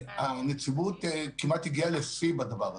הנציבות כמעט הגיעה לשיא בדבר הזה,